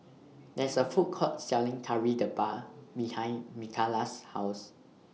There IS A Food Court Selling Kari Debal behind Mikaila's House